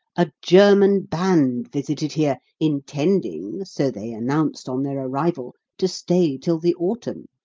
a german band visited here, intending so they announced on their arrival to stay till the autumn.